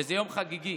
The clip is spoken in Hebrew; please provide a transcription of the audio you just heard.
זה יום חגיגי,